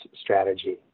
strategy